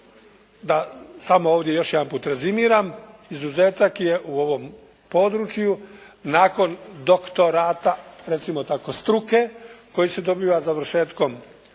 da samo ovdje još jedanput rezimiram izuzetak je u ovom području nakon doktorata, recimo tako, struke koji se dobiva završetkom